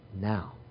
now